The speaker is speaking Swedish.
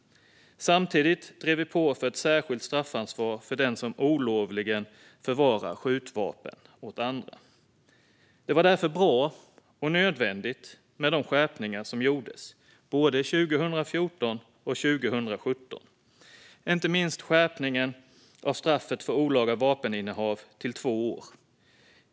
Samtidigt drev vi på för ett särskilt straffansvar för den som olovligen förvarar skjutvapen åt andra. Det var därför bra och nödvändigt med de skärpningar som gjordes både 2014 och 2017, inte minst skärpningen av straffet för olaga vapeninnehav till två år.